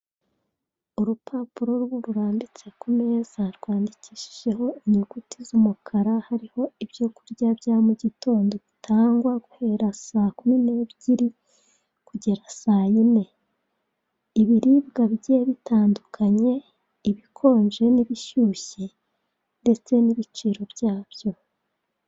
Urupapuro rurambitse ku meza rwandikishijeho inyuguti z'umukara, hariho ibyo kurya bya mugitondo bitangwa guhera sakumi n'ebyiri kugera sayine. Ibiribwa bigiye bitandukanye, ibikonje n'ibishyushye ndetse n'ibiciro byabyo.